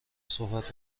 صحبت